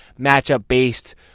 matchup-based